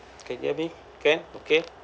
can hear me can okay